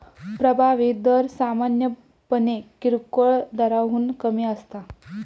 प्रभावी दर सामान्यपणे किरकोळ दराहून कमी असता